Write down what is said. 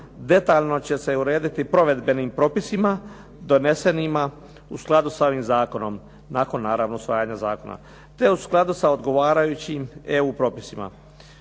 detaljno će se urediti provedbenim propisima donesenim u skladu sa ovim zakonom, nakon naravno usvajanja zakona, te u skladu sa odgovarajućim EU propisima.